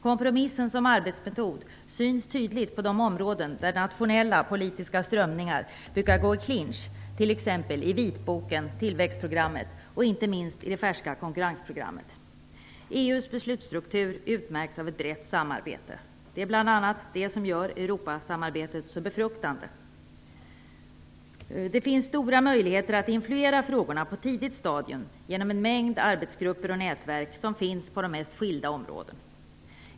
Kompromissen som arbetsmetod syns tydligt på de områden där nationella politiska strömningar brukar gå i clinch, t.ex. i vitboken, i tillväxtprogrammet och inte minst i det färska konkurrensprogrammet. EU:s beslutsstruktur utmärks av ett brett samarbete. Det är bl.a. det som gör Europasamarbetet så befruktande. Det finns stora möjligheter att influera frågorna på ett tidigt stadium genom en mängd arbetsgrupper och nätverk, som finns på de mest skilda områden.